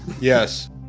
yes